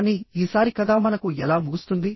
కానీ ఈసారి కథ మనకు ఎలా ముగుస్తుంది